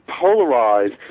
polarized